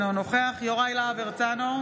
אינו נוכח יוראי להב הרצנו,